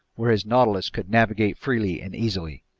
where his nautilus could navigate freely and easily?